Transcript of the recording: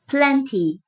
Plenty